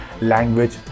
language